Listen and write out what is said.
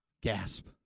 gasp